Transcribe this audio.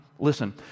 Listen